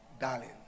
darling